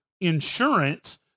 insurance